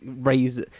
raise